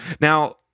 Now